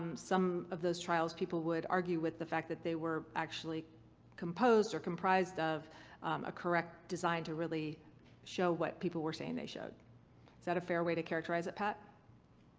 um some of those trials people would argue with the fact that they were actually composed or comprised of a correct design to really show what people were saying they showed. is that a fair way to characterize it, pat?